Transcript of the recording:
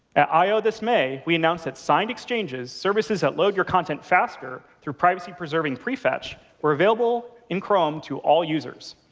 i o this may, we announced that signed exchanges, services that load your content faster through privacy-preserving prefetch, were available in chrome to all users.